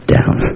Down